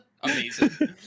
Amazing